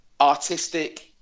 artistic